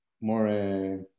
more